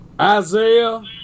Isaiah